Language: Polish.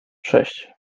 sześć